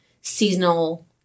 seasonal